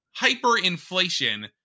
hyperinflation